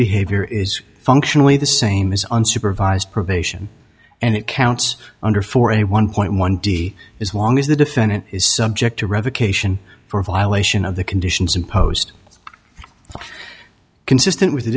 behavior is functionally the same as unsupervised probation and it counts under four a one point one d is wong as the defendant is subject to revocation for violation of the conditions imposed that's consistent with